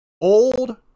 old